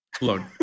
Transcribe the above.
Look